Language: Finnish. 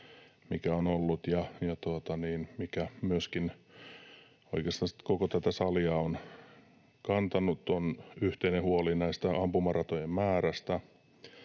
mikä on ollut ja mikä myöskin oikeastansa koko tätä salia on kantanut, eli yhteisen huolen ampumaratojen määrästä,